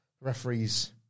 referees